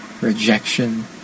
rejection